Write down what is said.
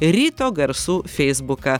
ryto garsų feisbuką